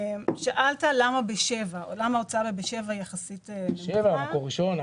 שאלת למה ההוצאה של "בשבע" יחסית נמוכה -- "בשבע" או "מקור ראשון",